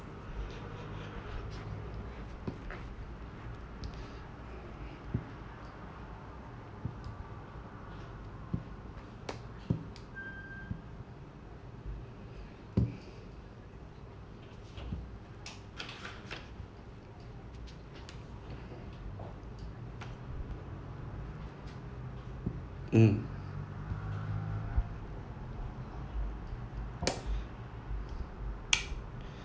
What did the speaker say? mm